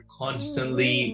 constantly